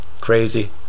Crazy